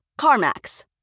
CarMax